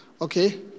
Okay